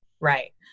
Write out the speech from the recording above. Right